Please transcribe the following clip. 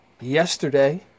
yesterday